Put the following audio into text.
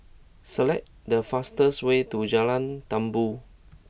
select the fastest way to Jalan Tambur